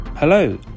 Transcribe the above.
Hello